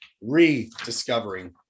rediscovering